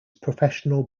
professional